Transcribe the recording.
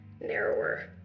narrower